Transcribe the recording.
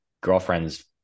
girlfriend's